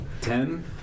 Ten